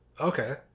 Okay